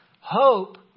Hope